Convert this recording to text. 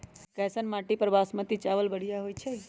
कैसन माटी पर बासमती चावल बढ़िया होई छई?